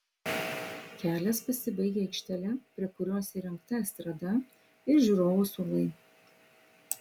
kelias pasibaigia aikštele prie kurios įrengta estrada ir žiūrovų suolai